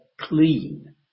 clean